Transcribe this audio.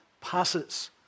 passes